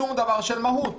שום דבר של מהות,